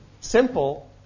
simple